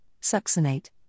succinate